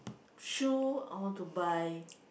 shoe I want to buy